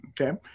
Okay